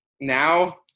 now